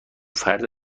فرد